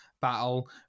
battle